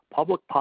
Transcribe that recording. Public